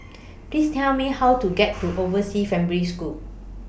Please Tell Me How to get to Overseas Family School